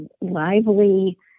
Lively